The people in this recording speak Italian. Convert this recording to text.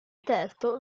testo